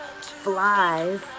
flies